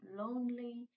lonely